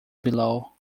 below